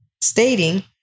stating